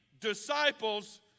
disciples